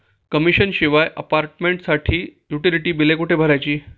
Commission शिवाय अपार्टमेंटसाठी utility बिले कुठे भरायची?